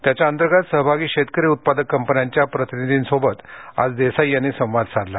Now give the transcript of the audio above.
या अभियानांतर्गत सहभागी शेतकरी उत्पादक कंपन्यांच्या प्रतिनिधींसोबत आज देसाई यांनी संवाद साधला